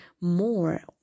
more